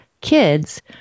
kids